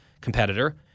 competitor